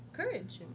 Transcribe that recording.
courage and.